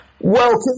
Welcome